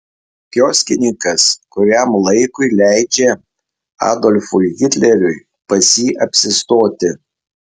kioskininkas kuriam laikui leidžia adolfui hitleriui pas jį apsistoti